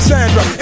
Sandra